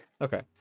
Okay